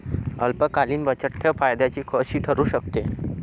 अल्पकालीन बचतठेव फायद्याची कशी ठरु शकते?